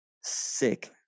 sick